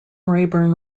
rayburn